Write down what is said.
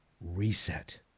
reset